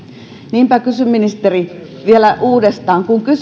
niinpä kysyn ministeri vielä uudestaan kun